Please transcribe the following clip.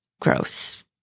gross